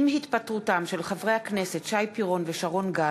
עם התפטרותם מהכנסת של חברי הכנסת שי פירון ושרון גל,